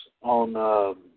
on